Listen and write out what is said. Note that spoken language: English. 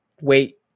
wait